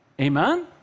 Amen